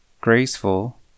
graceful